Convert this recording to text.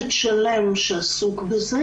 הכניסו אותי לחדר של ההתקנה, השכיבו אותי.